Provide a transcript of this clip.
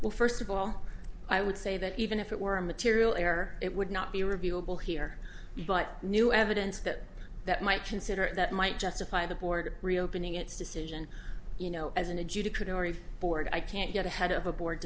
well first of all i would say that even if it were a material error it would not be reviewable here but new evidence that that might consider that might justify the board reopening its decision you know as an adjudicatory board i can't get ahead of a board